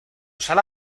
sala